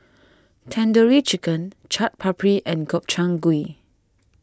Tandoori Chicken Chaat Papri and Gobchang Gui